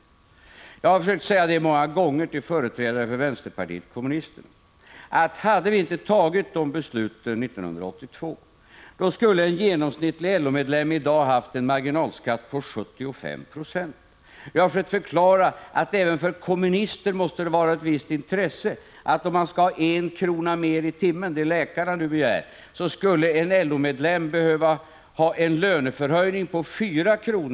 Jag har många gånger försökt säga till företrädare för vänsterpartiet kommunisterna: Hade vi inte fattat dessa beslut 1982, skulle den genomsnittliga LO medlemmen haft en marginalskatt på 75 Z. Jag har försökt förklara att även kommunister borde ha ett visst intresse av detta. Om en LO-medlem skulle ha 1 kr. mer i timmen — det som läkarna nu begär — skulle han behöva ha en löneförhöjning på 4 kr.